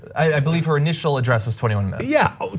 i believe her initial address is twenty one. yeah,